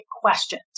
questions